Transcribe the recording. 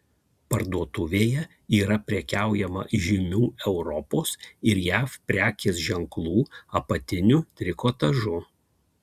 parduotuvėje yra prekiaujama žymių europos ir jav prekės ženklų apatiniu trikotažu